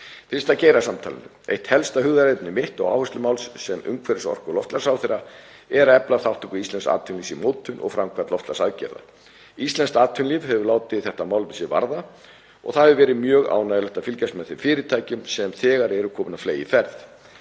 Fyrst að geirasamtalinu. Eitt helsta hugðarefni mitt og áherslumál sem umhverfis-, orku- og loftslagsráðherra er að efla þátttöku íslensks atvinnulífs í mótun og framkvæmd loftslagsaðgerða. Íslenskt atvinnulíf hefur látið þetta málefni sig varða og það hefur verið mjög ánægjulegt að fylgjast með þeim fyrirtækjum sem þegar eru komin á fleygiferð.